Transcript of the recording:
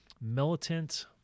militant